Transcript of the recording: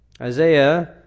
Isaiah